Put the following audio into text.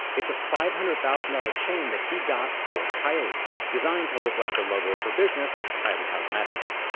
it's a five hundred thousand dollars ah ah chain that he got for kylie, designed to look like the logo of her business, kylie cosmetics.